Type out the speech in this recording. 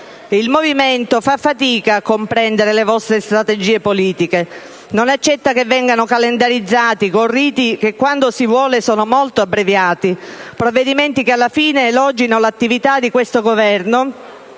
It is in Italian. Il Movimento fa fatica a comprendere le vostre strategie politiche. Non accetta che vengano calendarizzati - con riti che, quando si vuole, sono molto abbreviati - provvedimenti che alla fine elogino l'attività di questo Governo,